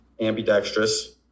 ambidextrous